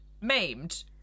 maimed